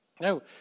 now